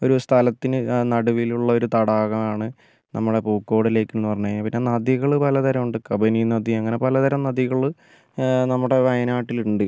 ഒരു സ്ഥലത്തിന് അ നടുവിലുള്ളൊരു തടാകമാണ് നമ്മുടെ പൂക്കോട് ലേക്ക്ന്ന് പറഞ്ഞുകഴിഞ്ഞാൽ പിന്നെ നദികൾ പല തരമുണ്ട് കബനി നദി അങ്ങനെ പല തരം നദികൾ നമ്മുടെ വയനാട്ടിൽ ഉണ്ട്